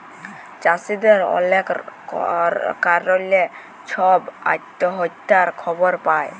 চাষীদের অলেক কারলে ছব আত্যহত্যার খবর পায়